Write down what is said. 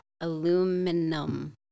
Aluminum